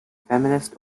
feminist